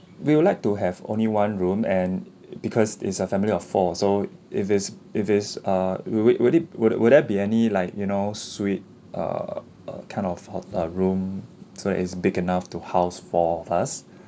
we would like to have only one room and because is a family of four so if it's if it's uh will wait would it would would there be any like you know suite err uh kind of ho~ uh room so is big enough to house four of us